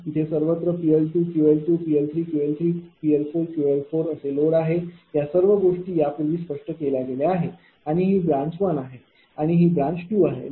तर येथे सर्वत्र PL2 QL2 PL3 QL3 PL4 QL4असे लोड आहेत या सर्व गोष्टी यापूर्वी स्पष्ट केल्या गेल्या आहेत आणि ही ब्रांच 1 आहे आणि ही ब्रांच 2 आहे